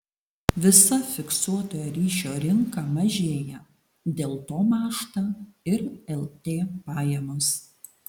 visa fiksuotojo ryšio rinka mažėja dėl to mąžta ir lt pajamos